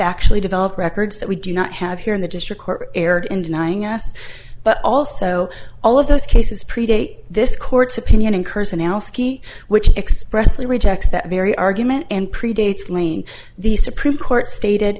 actually develop records that we do not have here in the district court erred in denying us but also all of those cases predate this court's opinion in curzon ascii which expressly rejects that very argument and predates laine the supreme court stated